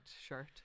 shirt